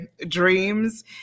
dreams